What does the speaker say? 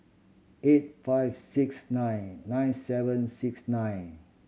eight five six nine nine seven six nine